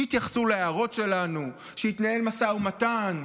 שיתייחסו להערות שלנו, שיתנהל משא ומתן,